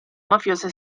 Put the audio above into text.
mafiose